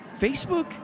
Facebook